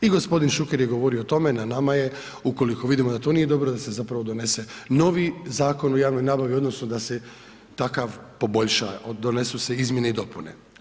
I gospodin Šuker je govorio o tome, na nama je ukoliko vidimo da to nije dobro da se zapravo donese novi Zakon o javnoj nabavi odnosno da se takav poboljša, donesu se izmjene i dopune.